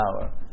power